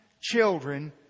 children